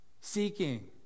Seeking